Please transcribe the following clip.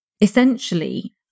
essentially